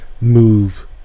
move